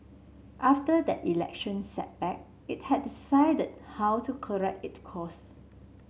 after that election setback it had to decided how to correct it course